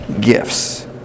gifts